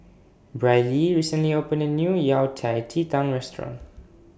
Brylee recently opened A New Yao Cai Ji Tang Restaurant